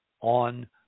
on